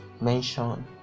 mention